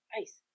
ice